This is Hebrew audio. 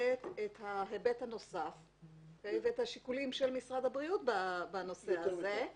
מקבלת את ההיבט הנוסף ואת השיקולים של משרד הבריאות בנושא הזה.